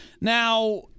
Now